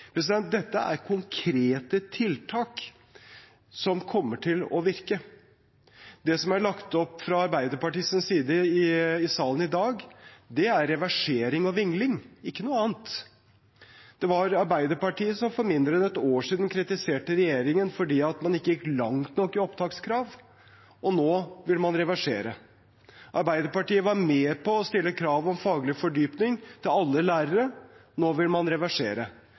rekrutteringstiltak. Dette er konkrete tiltak som kommer til å virke. Det det er lagt opp til fra Arbeiderpartiets side i salen i dag, er reversering og vingling – ikke noe annet. Det var Arbeiderpartiet som for mindre enn et år siden kritiserte regjeringen fordi man ikke gikk langt nok i opptakskrav, og nå vil man reversere. Arbeiderpartiet var med på å stille krav om faglig fordypning til alle lærere, nå vil man reversere.